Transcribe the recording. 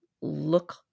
look